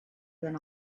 than